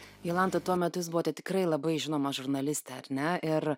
jolanta tuo metu jūs buvote tikrai labai žinoma žurnalistė ar ne ir